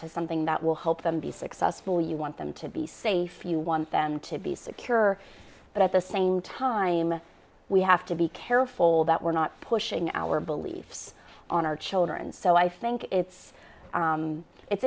to something that will help them be successful you want them to be safe you want them to be secure but at the same time we have to be careful that we're not pushing our beliefs on our children so i think it's it's